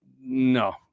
no